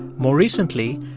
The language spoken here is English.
more recently,